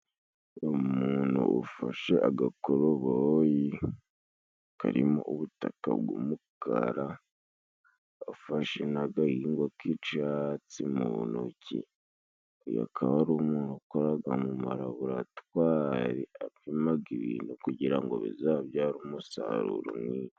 Uwo muntu ufashe agakoroboyi karimo ubutaka bw'umukara, afashe n'agahingo kicatsi mu ntoki, uyuka umuntu ukoraga mumaburatwari apimaga ibintu kugira ngo bizabyare umusaruro mwiza.